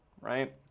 right